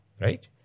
Right